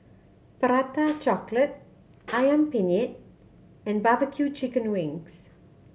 Prata Chocolate Ayam Penyet and barbecue chicken wings